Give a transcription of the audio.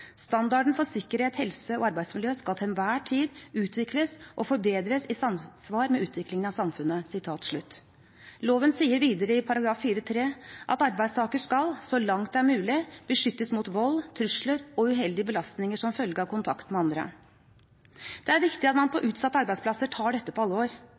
Standarden for sikkerhet, helse og arbeidsmiljø skal til enhver tid utvikles og forbedres i samsvar med utviklingen i samfunnet.» Loven sier videre i § 4-3: «Arbeidstaker skal, så langt det er mulig, beskyttes mot vold, trusler og uheldige belastninger som følge av kontakt med andre.» Det er viktig at man på utsatte arbeidsplasser tar dette på alvor.